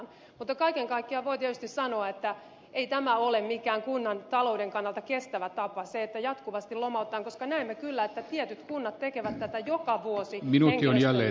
mutta kaiken kaikkiaan voi tietysti sanoa että ei tämä ole mikään kunnan talouden kannalta kestävä tapa että jatkuvasti lomautetaan koska näemme kyllä että tietyt kunnat tekevät tätä joka vuosi henkilöstölle